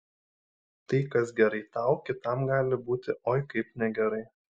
tai kas gerai tau kitam gali būti oi kaip negerai